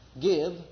Give